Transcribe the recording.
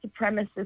supremacists